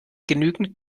genügend